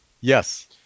Yes